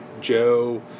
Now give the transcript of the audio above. Joe